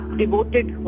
devoted